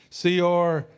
CR